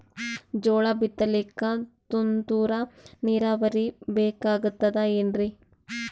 ಜೋಳ ಬಿತಲಿಕ ತುಂತುರ ನೀರಾವರಿ ಬೇಕಾಗತದ ಏನ್ರೀ?